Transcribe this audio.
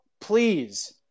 please